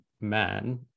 man